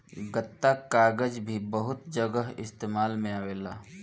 गत्ता कागज़ भी बहुत जगह इस्तेमाल में आवेला